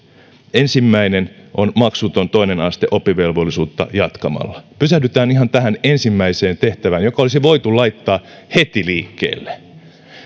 ensimmäinen on maksuton toinen aste oppivelvollisuutta jatkamalla pysähdytään ihan tähän ensimmäiseen tehtävään joka olisi voitu laittaa heti liikkeelle